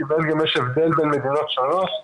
כי יש הבדל בין מדינות שונות.